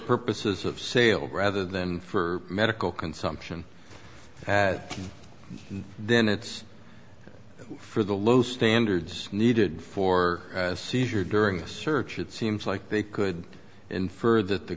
purposes of sale rather than for medical consumption and then it's for the low standards needed for seizure during a search it seems like they could infer that the